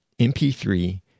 mp3